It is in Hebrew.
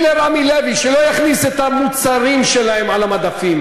לרמי לוי שלא יכניס את המוצרים שלהם למדפים.